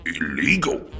Illegal